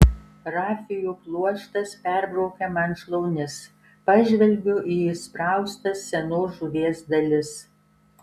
rafijų pluoštas perbraukia man šlaunis pažvelgiu į įspraustas senos žuvies dalis